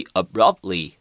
abruptly